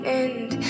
end